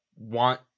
want